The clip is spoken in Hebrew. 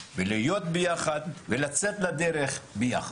בלהיות ביחד ולצאת לדרך ביחד.